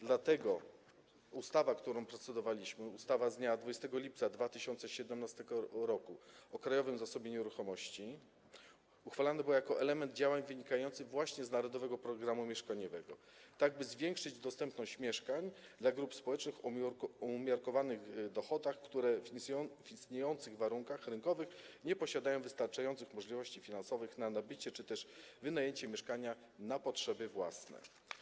Dlatego ustawa, nad którą procedowaliśmy, ustawa z dnia 20 lipca 2017 r. o Krajowym Zasobie Nieruchomości, uchwalana była jako element działań wynikających właśnie z „Narodowego programu mieszkaniowego”, tak by zwiększyć dostępność mieszkań dla grup społecznych o umiarkowanych dochodach, które w istniejących warunkach rynkowych nie posiadają wystarczających możliwości finansowych w odniesieniu do nabycia czy też wynajęcia mieszkania na potrzeby własne.